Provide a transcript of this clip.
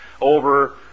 over